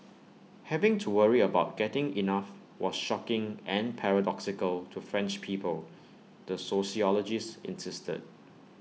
having to worry about getting enough was shocking and paradoxical to French people the sociologist insisted